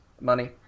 Money